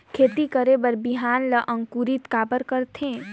खेती करे बर बिहान ला अंकुरित काबर करथे?